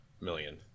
million